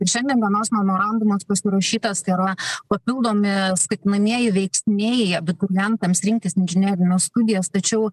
ir šiandien dienos memorandumas pasirašytas tai yra papildomi skatinamieji veiksniai abiturientams rinktis inžinerines studijas tačiau